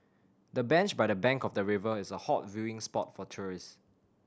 the bench by the bank of the river is a hot viewing spot for tourists